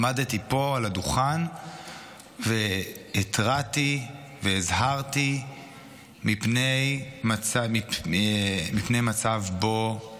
עמדתי פה על הדוכן והתרעתי והזהרתי מפני מצב שבו